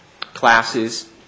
classes